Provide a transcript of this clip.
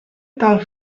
tal